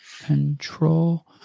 control